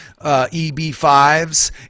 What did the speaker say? EB5s